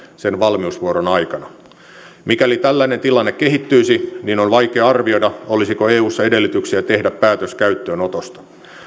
sen valmiusvuoron aikana mikäli tällainen tilanne kehittyisi on vaikea arvioida olisiko eussa edellytyksiä tehdä päätös käyttöönotosta